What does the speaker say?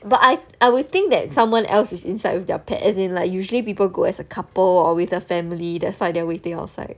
but I I would think that someone else is inside with their pet as in like usually people go as a couple or with a family that's why they're waiting outside